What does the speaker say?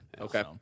Okay